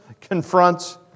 confronts